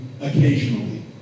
occasionally